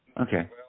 Okay